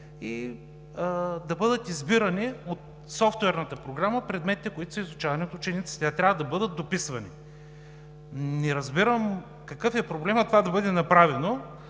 – да бъдат избирани от софтуерната програма предметите, които са изучавани от учениците, а трябва да бъдат дописвани! Не разбирам какъв е проблемът това да бъде направено,